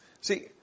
See